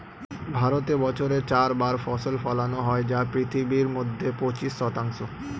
ভারতে বছরে চার বার ফসল ফলানো হয় যা পৃথিবীর মধ্যে পঁচিশ শতাংশ